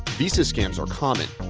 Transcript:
visa scams are common.